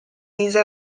mise